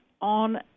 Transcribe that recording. on